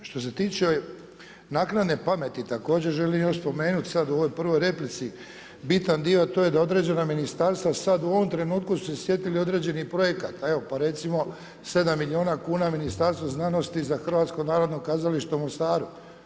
Što se tiče naknade pameti, također želim još spomenuti sad u ovoj prvoj replici bitan dio, a to je da određena ministarstva sad u ovom trenutku su se sjetili određenih projekata evo pa recimo 7 milijuna kuna Ministarstvu znanosti za Hrvatsko narodno kazalište u Mostaru.